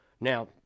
Now